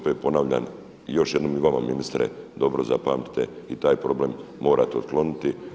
Opet ponavljam, još jednom i vama, ministre, dobro zapamtite i taj problem morate otkloniti.